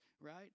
right